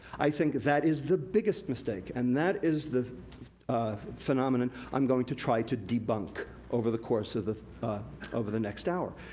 i think that is the biggest mistake. and that is the phenomenon i'm going to try to debunk over the course ah ah over the next hour.